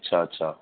અચ્છા અચ્છા